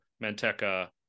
Manteca